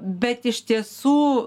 bet iš tiesų